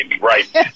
right